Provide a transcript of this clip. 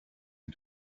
who